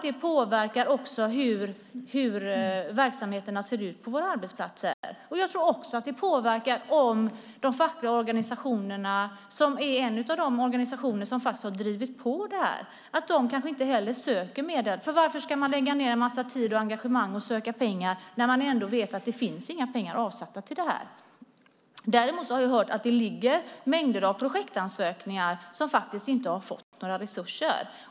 Det påverkar hur verksamheterna ser ut på våra arbetsplatser. Jag tror att det påverkar om de fackliga organisationerna, som är en av de organisationer som har drivit på det här, inte söker medel. Varför ska man lägga ned en massa tid och engagemang på att söka pengar när man ändå vet att det inte finns några pengar avsatta? Däremot har jag hört att det ligger mängder av projektansökningar till projekt som inte har fått några resurser.